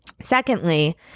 secondly